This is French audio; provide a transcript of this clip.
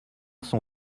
son